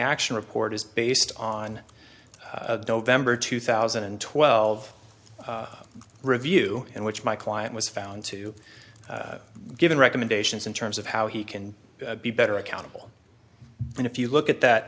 action report is based on november two thousand and twelve review in which my client was found to give an recommendations in terms of how he can be better accountable and if you look at